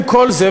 עם כל זה,